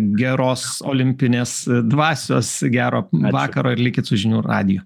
geros olimpinės dvasios gero vakaro ir likit su žinių radiju